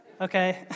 okay